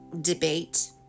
debate